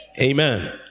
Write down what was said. Amen